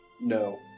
No